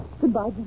Goodbye